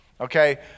Okay